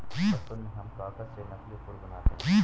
बचपन में हम कागज से नकली फूल बनाते थे